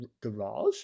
Garage